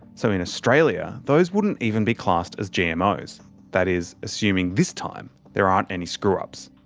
so in australia, those wouldn't even be classed as gmos that is, assuming this time there aren't any screw-ups.